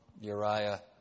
Uriah